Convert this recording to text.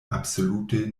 absolute